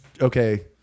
okay